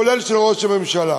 כולל של ראש הממשלה,